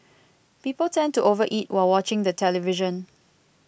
people tend to over eat while watching the television